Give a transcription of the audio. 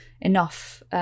enough